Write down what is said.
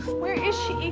where is she?